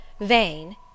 vain